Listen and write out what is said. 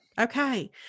Okay